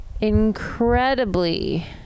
incredibly